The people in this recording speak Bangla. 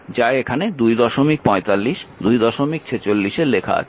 যা এখানে 245 246 এ লেখা আছে